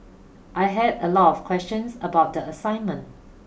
I had a lot of questions about the assignment